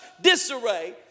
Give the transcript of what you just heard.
disarray